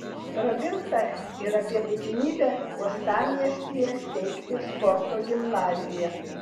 prabilta ir apie būtinybę uostamiestyje steigti sporto gimnaziją